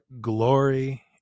glory